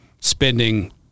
spending